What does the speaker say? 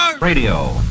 Radio